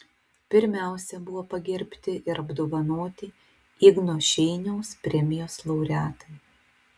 pirmiausia buvo pagerbti ir apdovanoti igno šeiniaus premijos laureatai